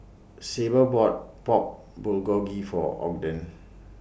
Sable bought Pork Bulgogi For Ogden